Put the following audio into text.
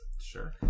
Sure